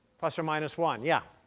plus or minus one, yeah,